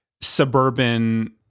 suburban